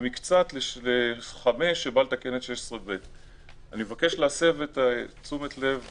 ובמקצת לסעיף 5 שבא לתקן את תקנה 16ב. אני מבקש להסב את תשומת לב